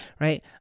right